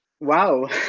Wow